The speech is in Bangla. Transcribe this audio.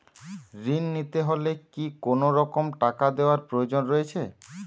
ঋণ নিতে হলে কি কোনরকম টাকা দেওয়ার প্রয়োজন রয়েছে?